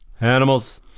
Animals